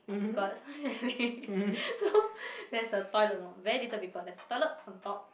got some chalet so there's a toilet no very little people there's toilet on top